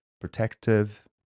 protective